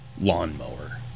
lawnmower